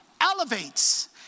Elevates